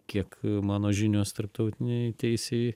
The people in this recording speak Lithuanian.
kiek mano žinios tarptautinėj teisėj